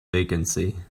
vacancy